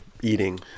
eating